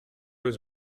was